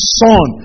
son